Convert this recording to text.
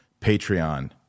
patreon